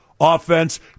Offense